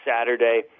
Saturday